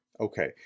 Okay